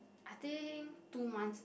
I think two months